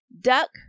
duck